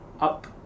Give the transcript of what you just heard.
up